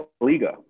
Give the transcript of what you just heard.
Liga